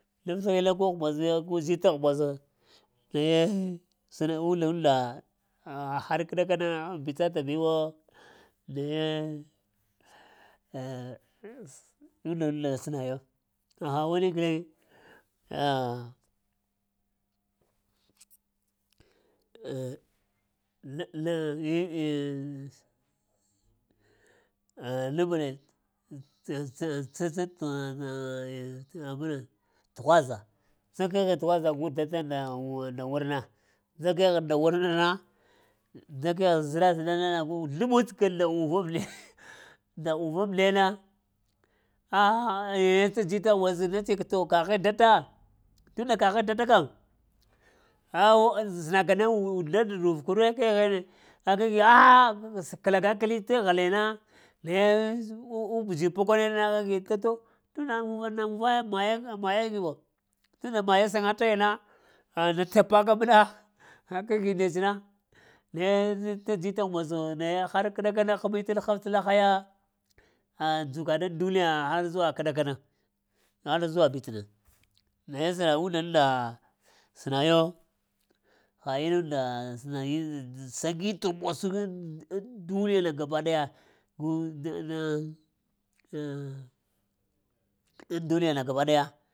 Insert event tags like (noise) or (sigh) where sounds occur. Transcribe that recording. (unintelligible) gu dzitaŋ ghamboso naye səna undun-da ah har kəɗakana mbitsatabiwo naye undunda sənayo aha wani guleŋ ah (hesitation) tughwaza tsa keghɗ təghwaza gu data nda ghuri nda wurna, da kəghɗ nda wurna, da keghɗ zəɗa-zəɗana nagu zləɓuts kənda (laughs) uvaŋmdiya nda uvaŋ amdiyana a'a eh (hesitation) kaghe data tunda kaghe data kəm ah-sənaka na (hesitation) (unintelligible) kəlagakoli tən ghalaya na naye u-u'bədzi pəkuneɗna (unintelligible) maye giɓo tunda maye səŋa taya na ah na tapaka məna a kəgi ndets na naye tə t' dzita ghumboso naye har koɗakana həmi təɗ-haf təɗ-haya ah dzukaɗ aŋ duniya har zuwa kəɗakana har zuwa bitna naye sa unndur nda ah sənayo ha innunda sənayi səŋi t' ghumbosu aŋ duniyana gaba-daya gu da (hesitation) duniyana gaba daya